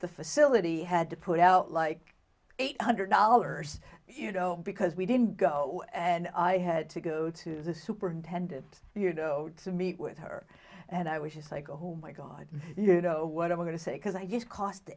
the facility had to put out like eight hundred dollars you know because we didn't go and i had to go to the superintendent you know to meet with her and i was just like go home my god you know what i'm going to say because i just cost